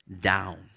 down